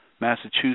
Massachusetts